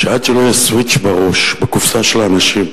שעד שלא יהיה סוויץ' בראש, ב"קופסה" של האנשים,